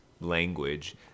language